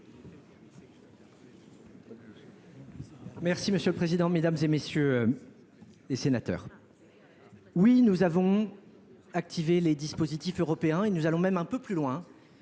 Monsieur le président, mesdames, messieurs les sénateurs, oui, nous avons activé les dispositifs européens. Nous allons même un peu plus loin,